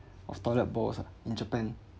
of toilet bowls ah in japan